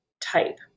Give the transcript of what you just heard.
type